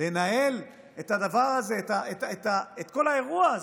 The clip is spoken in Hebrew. לנהל את הדבר הזה, את כל האירוע הזה.